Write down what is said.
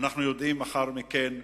אנחנו יודעים לאחר מכן,